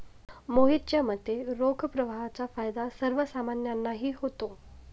मोहितच्या मते, रोख प्रवाहाचा फायदा सर्वसामान्यांनाही होतो